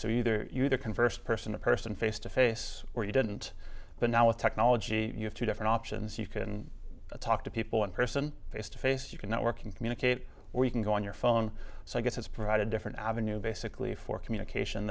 so either you the converse person to person face to face or you didn't but now with technology you have two different options you can talk to people in person face to face you can not work and communicate where you can go on your phone so i guess it's provide a different avenue basically for communication